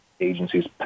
agencies